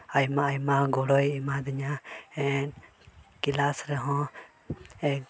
ᱟᱭᱢᱟ ᱟᱭᱢᱟ ᱜᱚᱲᱚᱭ ᱮᱢᱟᱫᱤᱧᱟᱹ ᱠᱞᱟᱥ ᱨᱮ ᱦᱚᱸ